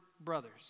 brothers